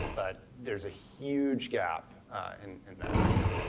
but there's a huge gap in in that right now.